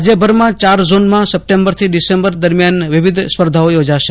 રાજ્યભરમાં ચાર ઝોનમાં સપ્ટેમ્બરથી ડિસેમ્બર દરમિયાન વિવિધ સ્પર્ધાઓ યોજાશે